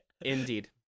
Indeed